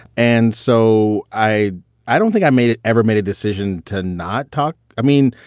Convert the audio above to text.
and so i i don't think i made it ever made a decision to not talk. i mean,